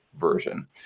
Version